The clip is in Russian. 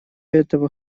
этого